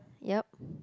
yup